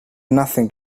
nothing